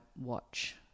watch